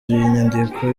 inyandiko